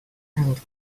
and